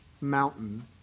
mountain